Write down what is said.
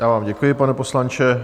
Já vám děkuji, pane poslanče.